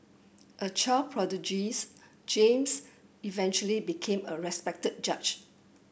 a child prodigies James eventually became a respected judge